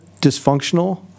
dysfunctional